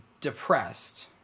depressed